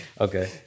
okay